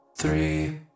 three